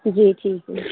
جی ٹھیک ہے